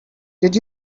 did